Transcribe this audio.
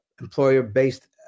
employer-based